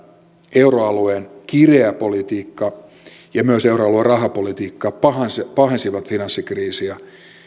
euroalueen kireä politiikka ja myös euroalueen rahapolitiikka pahensivat pahensivat finanssikriisiä